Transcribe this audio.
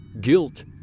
guilt